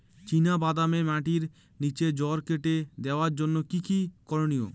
চিনা বাদামে মাটির নিচে জড় কেটে দেওয়ার জন্য কি কী করনীয়?